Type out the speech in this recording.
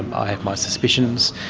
i have my suspicions.